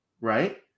right